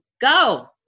go